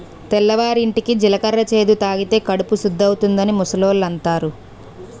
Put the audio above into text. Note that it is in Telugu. తెల్లవారింటికి జీలకర్ర చేదు తాగితే కడుపు సుద్దవుతాదని ముసలోళ్ళు అంతారు